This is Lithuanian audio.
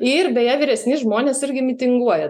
ir beje vyresni žmonės irgi mitinguoja